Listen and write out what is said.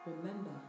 Remember